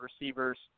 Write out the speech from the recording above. receivers